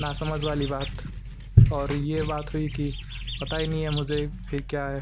नासमझ वाली बात और ये बात हुई कि पता ही नहीं ये मुझे फिर क्या है